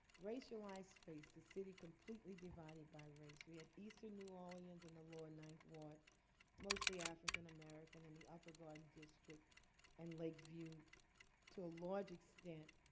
racialized face. the city completely divided by race. we had eastern new orleans in the lower ninth ward mostly african-american. and the upper garden district and lakeview to a large extent